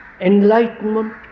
enlightenment